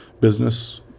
business